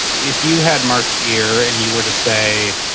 if you had mark's ear and you were to say,